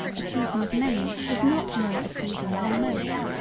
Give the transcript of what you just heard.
a season of many is not more a season than most.